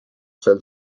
sel